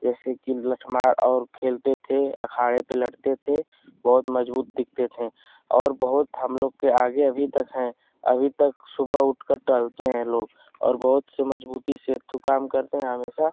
जैसे कि लट्ठमार और खेलते थे अखाड़े पर लड़ते थे बहुत मजबूत दिखते थें और बहुत हम लोग के आगे अभी तक हैं अभी तक सुबह उठकर टहलते हैं लोग और बहुत से मजबूती से तो काम करते हैं हमेशा